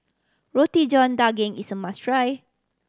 Roti John Daging is a must try